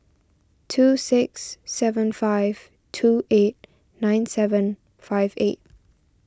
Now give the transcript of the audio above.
two six seven five two eight nine seven five eight